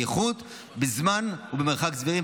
בייחוד בזמן ובמרחק סבירים,